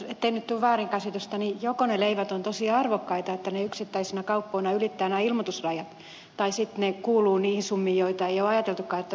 ettei nyt tule väärinkäsitystä niin joko ne leivät ovat tosi arvokkaita että ne yksittäisinä kauppoina ylittävät nämä ilmoitusrajat tai sitten ne kuuluvat niihin summiin joita ei ole ajateltukaan että pitäisi etukäteen ilmoittaa